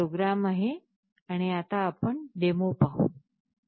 हा प्रोग्राम आहे आणि आता आपण डेमो पाहू